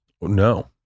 No